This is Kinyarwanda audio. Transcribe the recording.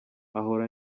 ahora